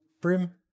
Brim